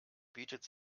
bietet